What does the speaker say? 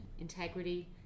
integrity